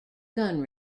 gun